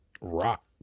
rock